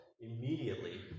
immediately